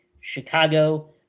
Chicago